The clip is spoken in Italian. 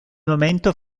momento